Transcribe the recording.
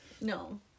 No